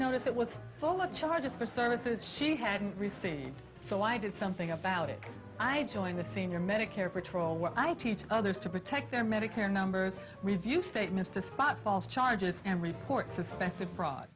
notice it was full of charges for services she hadn't received so i did something about it i joined the senior medicare patrol others to protect their medicare numbers review statements to spot false charges and report suspected fraud